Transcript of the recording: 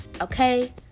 Okay